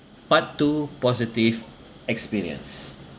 part two positive experience